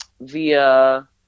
via